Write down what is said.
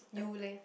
you leh